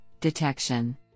detection